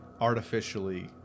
artificially